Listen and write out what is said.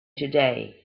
today